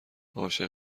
عاشق